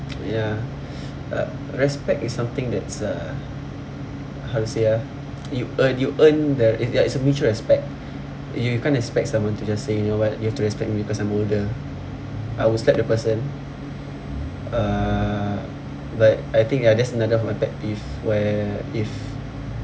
ya uh respect is something that's uh how to say ah you earn you earn the ya it's a mutual respect you can't expect someone to just say you know what you have to respect me because I'm older I will slap the person uh but I think ya that's another of my pet peeve where if